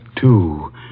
two